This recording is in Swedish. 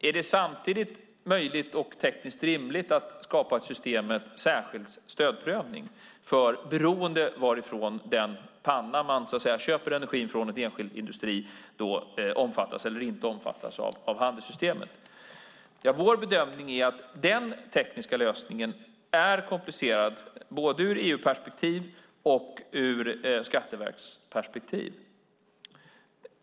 Är det samtidigt möjligt och tekniskt rimligt att skapa ett system med särskild stödprövning, beroende på om den panna en enskild industri köper energi från omfattas av handelssystemet eller inte? Vår bedömning är att den tekniska lösningen är komplicerad både ur EU-perspektiv och ur skatteverksperspektiv.